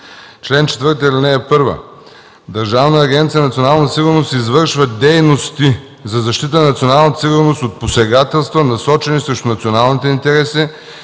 „Чл. 4. (1) Държавна агенция „Национална сигурност” извършва дейности за защита на националната сигурност от посегателства, насочени срещу националните интереси,